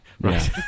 right